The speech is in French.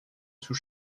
sous